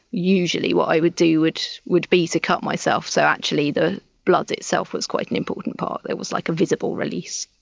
usually what i would do would be to cut myself, so actually the blood itself was quite an important part, there was like a visible release,